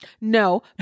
No